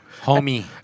Homie